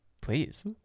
please